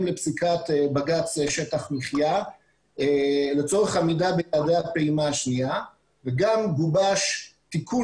לפסיקת בג"צ שטח מחיה לצורך עמידה ביעדי הפעימה השנייה וגם גובש תיקון